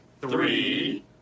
three